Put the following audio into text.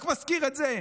רק מזכיר את זה.